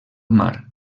mar